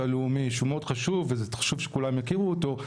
הלאומי שהוא מאוד חשוב וזה חשוב שכולם יכירו אותו.